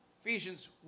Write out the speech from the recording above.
Ephesians